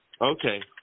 Okay